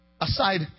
aside